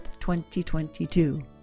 2022